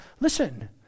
listen